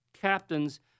captains